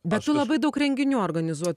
bet tu labai daug renginių organizuoji